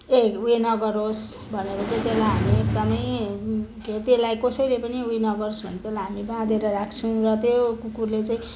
ए उयो नगरोस् भनेर चाहिँ त्यसलाई हामी एकदमै त्यसलाई कसैले पनि उयो नगरोस् भनेर हामी बाँधेर राख्छौँ र त्यो कुकुरले चाहिँ